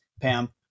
Pam